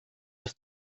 ist